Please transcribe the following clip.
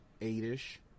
eight-ish